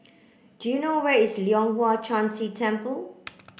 do you know where is Leong Hwa Chan Si Temple